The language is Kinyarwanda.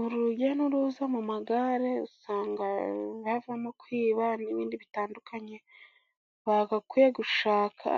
Urujya n'uruza mu magare usanga havamo kwiba n'ibindi bitandukanye bagakwiye gushaka